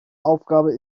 aufgabe